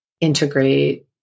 integrate